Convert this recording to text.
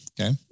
Okay